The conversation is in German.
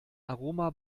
aroma